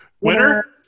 Winner